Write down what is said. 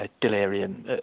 delirium